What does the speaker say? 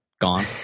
Gone